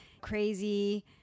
crazy